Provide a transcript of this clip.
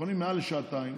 שחונים מעל שעתיים